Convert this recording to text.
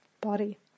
body